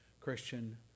Christian